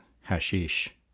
hashish